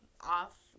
off